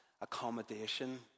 accommodation